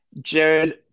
Jared